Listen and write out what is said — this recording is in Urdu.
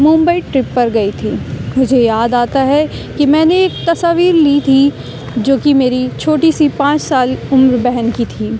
ممبئی ٹرپ پر گئی تھی مجھے یاد آتا ہے کہ میں نے ایک تصویر لی تھی جو کہ میری چھوٹی سی پانچ سال عمر بہن کی تھی